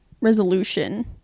resolution